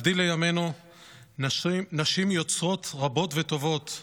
בימינו נשים יוצרות רבות וטובות: